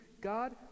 God